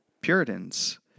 puritans